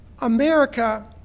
America